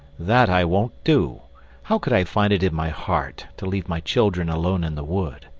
that i won't do how could i find it in my heart to leave my children alone in the wood?